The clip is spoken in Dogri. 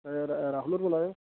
सर राहुल होर बोला दे